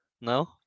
No